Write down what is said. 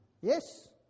yes